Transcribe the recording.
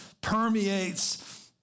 permeates